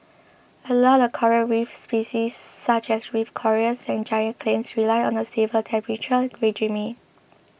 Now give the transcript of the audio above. a lot of coral reef species such as reef corals and giant clams rely on a stable temperature regime